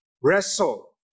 wrestle